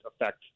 affect